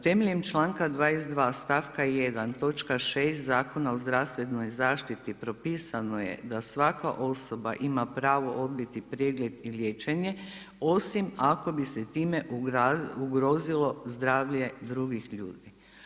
Temeljem članka 22. stavka 1. točka 6. Zakona o zdravstvenoj zaštiti propisano je da svaka osoba ima pravo odbiti pregled i liječenje, osim ako bi se time ugrozilo zdravlje drugih ljudi.